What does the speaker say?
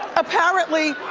apparently,